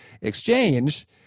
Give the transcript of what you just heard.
exchange